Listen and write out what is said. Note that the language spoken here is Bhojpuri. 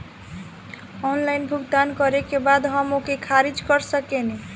ऑनलाइन भुगतान करे के बाद हम ओके खारिज कर सकेनि?